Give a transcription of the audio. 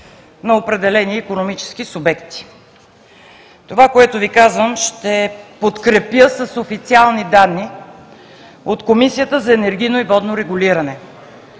на определени икономически субекти. Това, което Ви казвам, ще подкрепя с официални данни от Комисията за енергийно и водно регулиране.